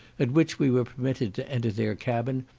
at which we were permitted to enter their cabin,